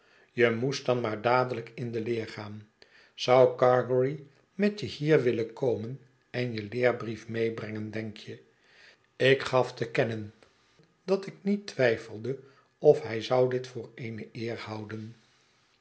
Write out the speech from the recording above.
je moest dan maar dadelijk in de leer gaan zou gargery met je hier willen komen en je leerbrief meebrengen denk je ik gaf te kennen dat ik niet twijfelde of hij zou dit voor eene eer houden